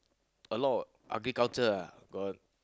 a lot of ugly culture ah got